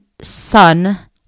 son